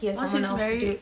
once he's married